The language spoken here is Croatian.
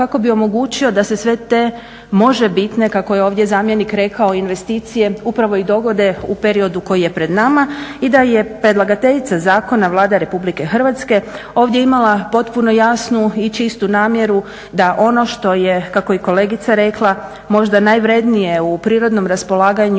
kako bi omogućio da se sve te možebitne, kako je ovdje zamjenik rekao, investicije upravo i dogode u periodu koji je pred nama i da je predlagateljica zakona Vlada Republike Hrvatske ovdje imala potpuno jasnu i čistu namjeru da ono što je, kako je i kolegica rekla možda najvrjednije u prirodnom raspolaganju